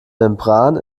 membran